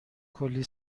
کلی